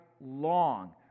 long